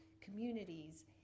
communities